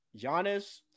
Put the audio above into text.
Giannis